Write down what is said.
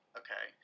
okay